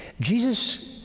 Jesus